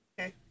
okay